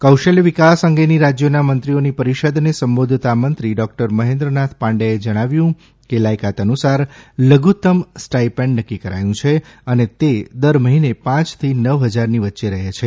કૌશલ્ય વિકાસ અંગેની રાજ્યોના મંત્રીઓની પરિષદને સંબોધતાં મંત્રી ડોક્ટર મહેન્દ્રનાથ પાંડેએ જણાવ્યું કે લાયકાત અનુસાર લધુત્તમ સ્ટાઇપેન્ઠ નક્કી કરાયું છે અને તે દર મહિને પાંચથી નવ હજારની વચ્ચે રહે છે